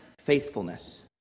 faithfulness